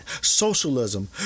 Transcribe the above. Socialism